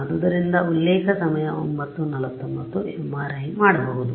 ಆದ್ದರಿಂದ ಉಲ್ಲೇಖ ಸಮಯ 0949 MRI ಮಾಡಬಹುದು